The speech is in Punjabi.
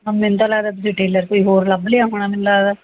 ਮੈਨੂੰ ਤਾਂ ਲੱਗਦਾ ਤੁਸੀਂ ਟੇਲਰ ਕੋਈ ਹੋਰ ਲੱਭ ਲਿਆ ਹੋਣਾ ਮੈਨੂੰ ਲੱਗਦਾ